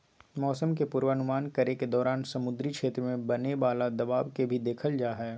मौसम के पूर्वानुमान करे के दौरान समुद्री क्षेत्र में बने वाला दबाव के भी देखल जाहई